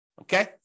Okay